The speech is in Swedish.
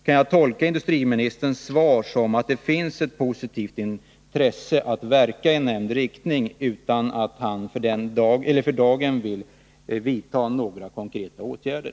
Kan jag tolka industriministerns svar så att det finns ett positivt intresse att verka i nämnd riktning, trots att han för dagen inte vill vidta några konkreta åtgärder?